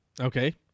Okay